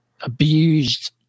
abused